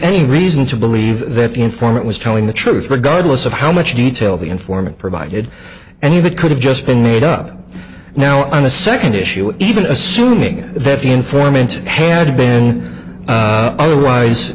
any reason to believe that the informant was telling the truth regardless of how much detail the informant provided and if it could have just been made up now on a second issue even assuming that the informant headbang otherwise